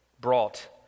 brought